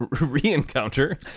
re-encounter